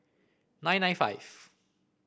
nine nine five